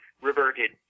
reverted